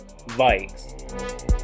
Vikes